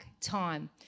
time